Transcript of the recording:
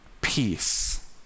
peace